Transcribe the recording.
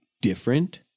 different